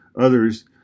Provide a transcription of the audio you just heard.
others